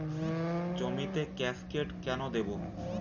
জমিতে কাসকেড কেন দেবো?